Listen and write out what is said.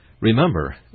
Remember